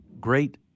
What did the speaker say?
great